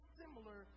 similar